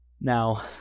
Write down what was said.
now